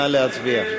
נא להצביע.